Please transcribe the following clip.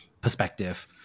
perspective